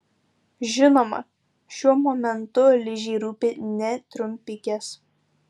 žinoma šiuo momentu ližei rūpi ne trumpikės